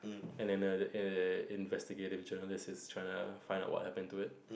and then the err investigative journalist is trying to find out what happened to it